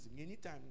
Anytime